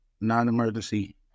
non-emergency